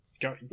Go